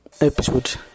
episode